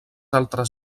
altres